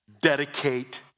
dedicate